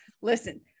listen